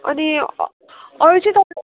अनि अरू चाहिँ तपाईँ